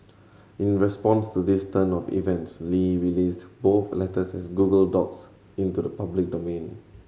in response to this turn of events Li released both letters as Google Docs into the public domain